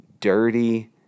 dirty